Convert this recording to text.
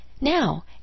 now